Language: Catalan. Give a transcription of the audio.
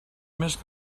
més